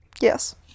Yes